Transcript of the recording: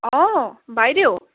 অঁ বাইদেউ